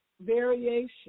variation